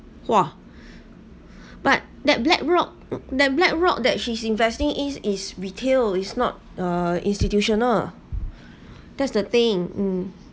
!wah! but that black rock that black rock that she is investing is is retail is not uh institutional that's the thing mm